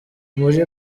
muri